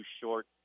short –